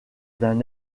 d’un